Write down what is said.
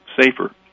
safer